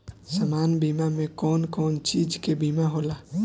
सामान्य बीमा में कवन कवन चीज के बीमा होला?